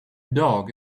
dog